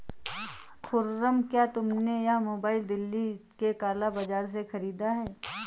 खुर्रम, क्या तुमने यह मोबाइल दिल्ली के काला बाजार से खरीदा है?